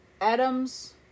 Adams